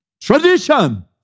tradition